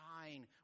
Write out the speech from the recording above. shine